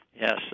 yes